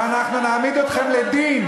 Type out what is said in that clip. ואנחנו נעמיד אתכם לדין.